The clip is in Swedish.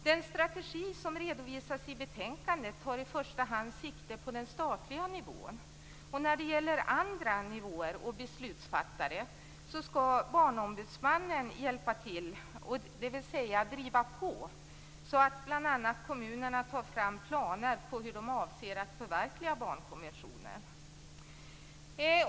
Den strategi som redovisas i betänkandet tar i första hand sikte på den statliga nivån. När det gäller andra nivåer och beslutsfattare skall Barnombudsmannen hjälpa till, dvs. driva på så att bl.a. kommunerna tar fram planer på hur de avser att förverkliga barnkonventionen.